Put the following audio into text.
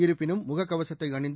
இருப்பினும் முகக்கவசத்தை அணிந்து